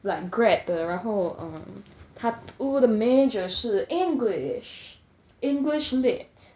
like grad 的然后 err 他读的 major 是 english english lit